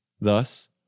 Thus